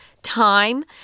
time